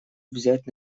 взять